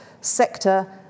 sector